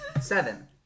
Seven